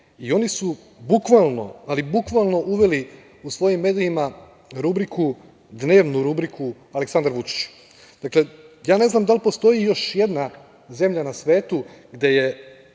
i oni su bukvalno, ali bukvalno uveli u svojim medijima dnevnu rubriku Aleksandar Vučić. Dakle, ne znam da li postoji još jedna zemlja na svetu u